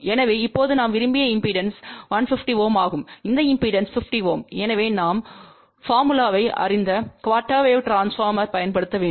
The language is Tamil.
எனவே இப்போது நாம் விரும்பிய இம்பெடன்ஸ் 150 Ω ஆகும் இந்த இம்பெடன்ஸ் 50 Ω எனவே நாம் போர்முலாத்தை அறிந்த குஆர்டெர் வேவ் டிரான்ஸ்பார்மர்யைப் பயன்படுத்த வேண்டும்